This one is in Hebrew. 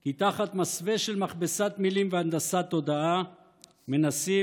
כי תחת מסווה של מכבסת מילים והנדסת תודעה מנסים